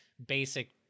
basic